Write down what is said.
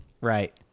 Right